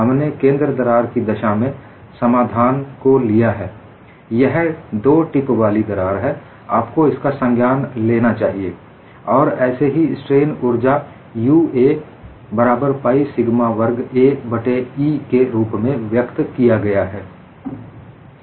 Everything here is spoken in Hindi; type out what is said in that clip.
हमने केंद्र दरार की दशा में समाधान को लिया है यह दो टिप वाली दरार है आप को इसका संज्ञान लेना चाहिए और ऐसे ही स्ट्रेन ऊर्जा Ua बराबर पाइ सिग्मा वर्ग a वर्ग बट्टे E के रूप में व्यक्त किया गया है